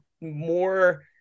more